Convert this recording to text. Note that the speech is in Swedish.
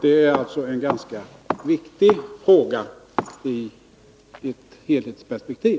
Det är alltså en ganska viktig fråga i ett helhetsperspektiv.